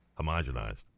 homogenized